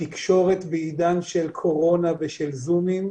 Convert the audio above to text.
תקשורת בעידן של קורונה ושל זומים,